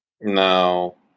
No